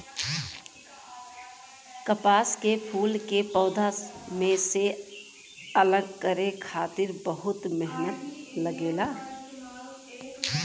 कपास के फूल के पौधा में से अलग करे खातिर बहुते मेहनत लगेला